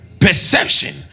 Perception